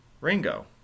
Ringo